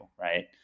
right